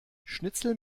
schnitzel